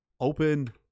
Open